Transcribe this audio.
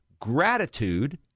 gratitude